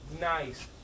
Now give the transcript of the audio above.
nice